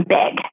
big